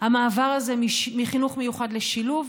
המעבר הזה מחינוך מיוחד לשילוב,